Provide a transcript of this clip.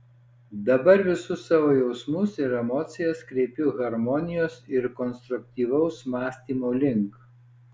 dabar visus savo jausmus ir emocijas kreipiu harmonijos ir konstruktyvaus mąstymo link